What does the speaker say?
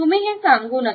तुम्ही हे सांगू नका